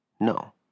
no